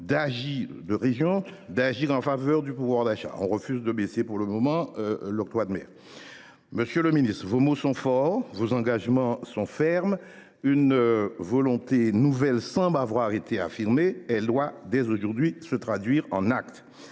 d’agir en faveur du pouvoir d’achat – on y refuse, pour le moment, de baisser l’octroi de mer. Monsieur le ministre, vos mots sont forts, vos engagements sont fermes. Une volonté nouvelle semble avoir été affirmée. Elle doit dès aujourd’hui se traduire en actes.